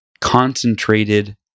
concentrated